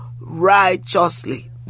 righteously